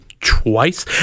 twice